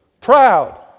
proud